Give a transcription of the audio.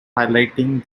highlighting